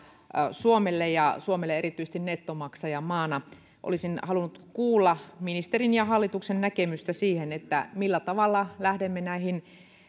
suomelle ja suomelle erityisesti nettomaksajamaana olisin halunnut kuulla ministerin ja hallituksen näkemystä siitä millä tavalla lähdemme näihin